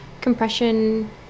Compression